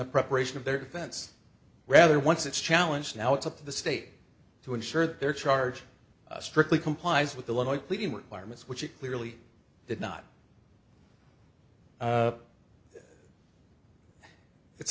the preparation of their defense rather once it's challenge now it's up to the state to ensure that their charge strickly complies with illinois pleading requirements which he clearly did not it's